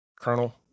Colonel